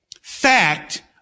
fact